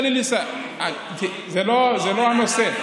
זה לא הנושא.